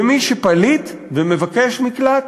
ומי שהוא פליט או מבקש מקלט,